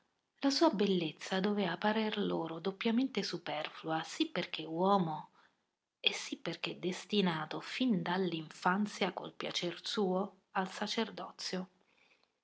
la sua bellezza doveva parer loro doppiamente superflua sì perché uomo e sì perché destinato fin dall'infanzia col piacer suo al sacerdozio